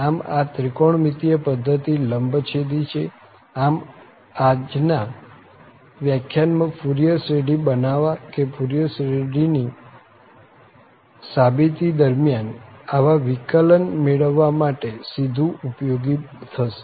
આમ આ ત્રિકોણમિતિય પધ્ધતિ લંબછેદી છે આમ આ આજ ના વ્યાખ્યાનમાં ફુરિયર શ્રેઢી બનાવવા કે ફુરિયર શ્રેઢીની સાબિતી દરમ્યાન આવા વિકલન મેળવવા માટે સીધું જ ઉપયોગી થશે